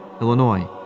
Illinois